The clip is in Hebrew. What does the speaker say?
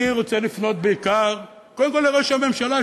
אני רוצה לפנות בעיקר וקודם כול לראש הממשלה,